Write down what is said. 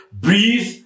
breathe